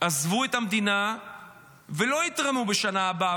עזבו את המדינה ולא יתרמו בשנה הבאה